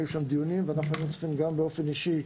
היו שם דיונים והיינו צריכים לעשות באופן אישי.